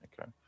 okay